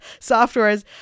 softwares